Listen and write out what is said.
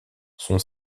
son